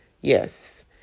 Yes